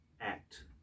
act